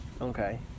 Okay